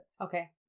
okay